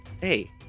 Hey